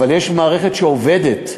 אבל יש מערכת שעובדת,